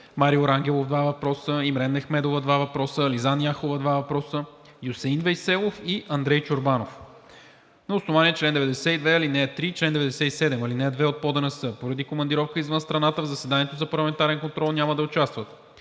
Марио Рангелов – два въпроса; Имрен Мехмедова – два въпроса; Ализан Яхова – два въпроса; Юсеин Вейселов; и Андрей Чорбанов. На основание чл. 92, ал. 3 и чл. 97, ал. 2 от ПОДНС поради командировка извън страната в заседанието за парламентарен контрол няма да участват: